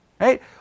right